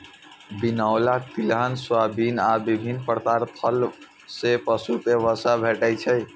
बिनौला, तिलहन, सोयाबिन आ विभिन्न प्रकार खल सं पशु कें वसा भेटै छै